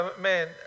Man